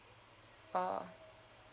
oh